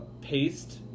paste